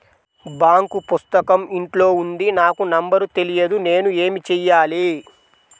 Bank పుస్తకం ఇంట్లో ఉంది నాకు నంబర్ తెలియదు నేను ఏమి చెయ్యాలి?